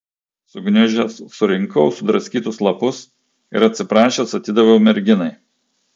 sugniužęs surinkau sudraskytus lapus ir atsiprašęs atidaviau merginai